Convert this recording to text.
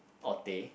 or teh